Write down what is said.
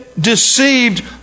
deceived